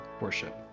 worship